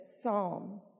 psalm